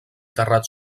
terrat